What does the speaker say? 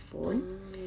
ah